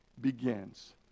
begins